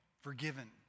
forgiven